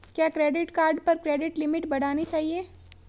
क्या credit card पर credit limit बढ़ानी चाहिए?